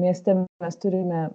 mieste mes turime